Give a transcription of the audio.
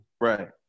Right